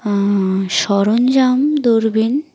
সরঞ্জাম দূরবীন